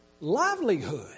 livelihood